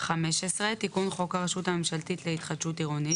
בחלק ציבורי),